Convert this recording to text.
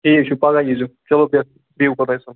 ٹھیٖک چھُ پگاہ یِزیو چلو بہِ بِہِو خۄدایس حوال